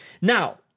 now